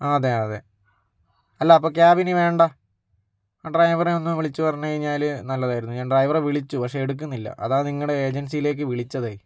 അതെ അതെ അല്ല അപ്പം ക്യാബിനി വേണ്ട ഡ്രൈവറെ ഒന്ന് വിളിച്ചു പറഞ്ഞാല് നല്ലതായിരുന്നു ഞാൻ ഡ്രൈവറെ വിളിച്ചു പക്ഷെ എടുക്കുന്നില്ല അതാ നിങ്ങടെ ഏജൻസിലേക്ക് വിളിച്ചതേ